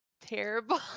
terrible